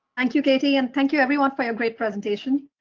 thank you, katie, and thank you everyone for your great presentation.